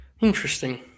Interesting